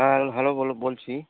হ্যাঁল hello বলো বলছি